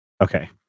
okay